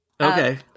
okay